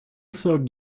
third